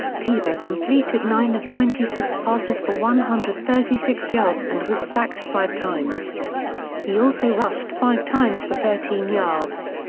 tebow completed nine of twenty six passes for one hundred and thirty six yards and was sacked five times he also rushed five times for thirteen yards.